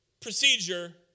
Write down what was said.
procedure